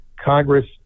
Congress